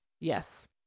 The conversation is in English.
Yes